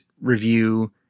review